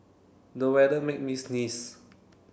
the weather made me sneeze